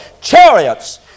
Chariots